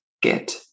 get